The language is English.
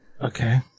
Okay